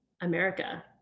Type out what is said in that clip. America